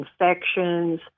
infections